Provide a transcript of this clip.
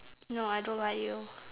no I don't like you